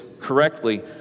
correctly